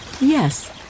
Yes